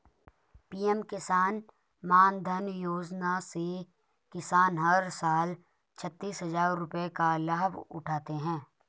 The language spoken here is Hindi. पीएम किसान मानधन योजना से किसान हर साल छतीस हजार रुपये का लाभ उठाते है